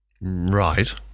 Right